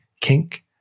kink